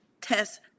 test